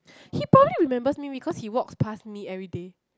he probably remember me because he walk past me every day